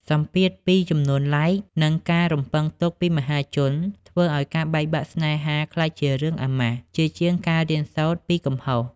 សម្ពាធពី "ចំនួន Like" និងការរំពឹងទុកពីមហាជន ធ្វើឱ្យការបែកបាក់ស្នេហាក្លាយជារឿងអាម៉ាស់ ជាជាងការរៀនសូត្រពីកំហុស។